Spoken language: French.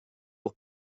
pour